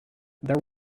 there